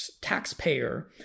taxpayer